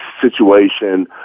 situation